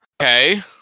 Okay